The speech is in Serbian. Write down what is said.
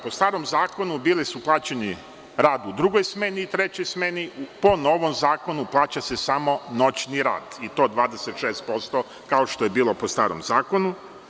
Po starom Zakonu su bili plaćeni rad u drugoj smeni i trećoj smeni, a po novom zakonu plaća se samo noćni rad, i to 26%, kao što je bilo po starom zakonu.